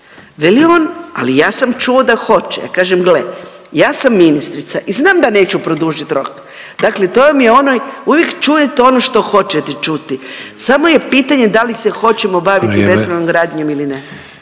Veli on, ali ja sam čuo da hoće. Ja kažem gle, ja sam ministrica i znam da neću produžit rok. Dakle, to vam je onaj uvijek čujete ono što hoćete čuti samo je pitanje da li se hoćemo baviti … …/Upadica